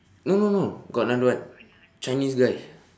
no no no got another one chinese guy